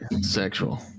Sexual